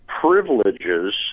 privileges